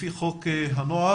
לפי חוק הנוער,